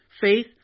faith